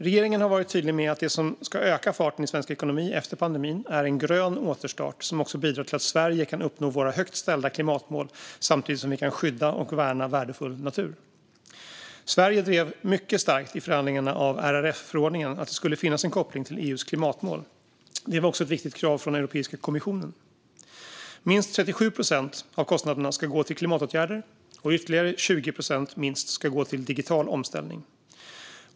Regeringen har varit tydlig med att det som ska öka farten i svensk ekonomi efter pandemin är en grön återstart som också bidrar till att Sverige kan uppnå våra högt ställda klimatmål samtidigt som vi kan skydda och värna värdefull natur. Sverige drev mycket starkt i förhandlingarna av RRF-förordningen att det skulle finnas en koppling till EU:s klimatmål. Det var också ett viktigt krav från Europeiska kommissionen. Minst 37 procent av kostnaderna ska gå till klimatåtgärder, och ytterligare minst 20 procent ska gå till digital omställning.